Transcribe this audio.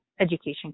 Education